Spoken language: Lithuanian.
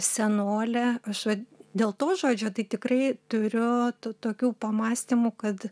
senolė aš va dėl to žodžio tai tikrai turiu tu tokių pamąstymų kad